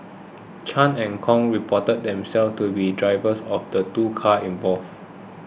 Chan and Kong reported themselves to be drivers of the two cars involved